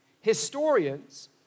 Historians